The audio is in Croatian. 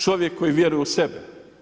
Čovjek koji vjeruje u sebe.